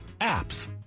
APPS